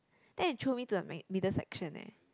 then they throw me to the m~ middle section eh